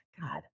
God